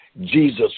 Jesus